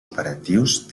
operatius